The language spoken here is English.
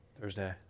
Thursday